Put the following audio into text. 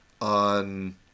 on